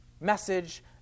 message